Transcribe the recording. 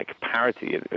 parity